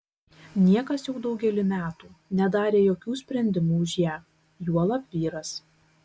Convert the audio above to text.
niekas jau daugelį metų nedarė jokių sprendimų už ją juolab vyras